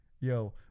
Yo